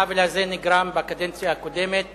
העוול הזה נגרם בקדנציה הקודמת